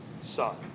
son